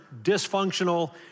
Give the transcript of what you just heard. dysfunctional